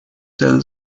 till